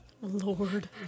Lord